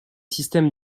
systèmes